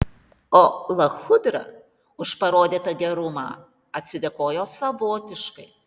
o lachudra už parodytą gerumą atsidėkojo savotiškai